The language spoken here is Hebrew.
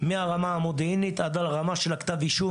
מהרמה המודיעינית ועד לרמה של כתב אישום